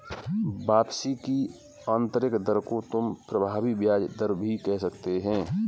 वापसी की आंतरिक दर को तुम प्रभावी ब्याज दर भी कह सकते हो